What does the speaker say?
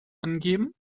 angeben